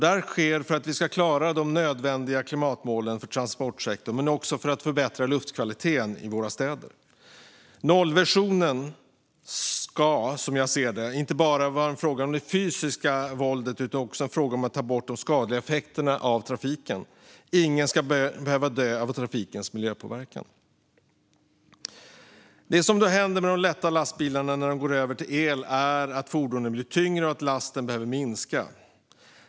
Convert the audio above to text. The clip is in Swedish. Det sker för att vi ska klara de nödvändiga klimatmålen för transportsektorn men också för att förbättra luftkvaliteten i våra städer. Nollvisionen ska, som jag ser det, inte bara vara en fråga om det fysiska våldet utan också en fråga om att ta bort de skadliga effekterna av trafiken. Ingen ska behöva dö av trafikens miljöpåverkan. När de lätta lastbilarna går över till att vara eldrivna blir fordonen tyngre, och lasten behöver minska.